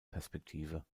perspektive